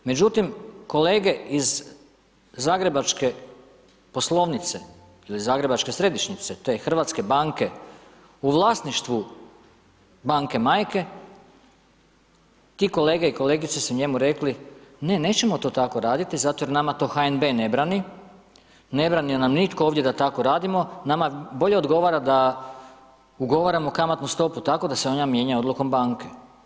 Međutim, kolege iz zagrebačke poslovnice ili zagrebačke središnjice te hrvatske banke u vlasništvu banke majke, ti kolege i kolegice su njemu rekli: ne, nećemo to tako raditi, zato jer nama to HNB ne brani, ne brani nam nitko ovdje da tako radimo, nama bolje odgovara da ugovaramo kamatnu stopu tako da se ona mijenja Odlukom banke.